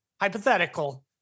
hypothetical